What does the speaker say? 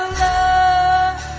love